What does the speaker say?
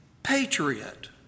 Patriot